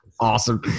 Awesome